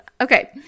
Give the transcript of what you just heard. Okay